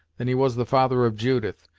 than he was the father of judith.